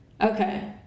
Okay